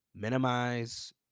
minimize